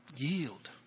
Yield